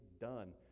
done